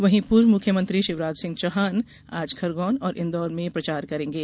वहीं पूर्व मुख्यमंत्री शिवराज सिंह चौहान आज खरगौन और इंदौर में प्रचार करेंगे